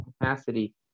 capacity